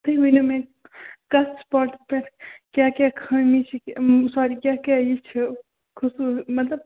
تُہۍ ونِو مےٚ کَتھ سُپاٹس پٮ۪ٹھ کیاہ کیاہ خٲمی چھِ کہِ ساری کیاہ کیاہ یہِ چھِ خصوص مطلب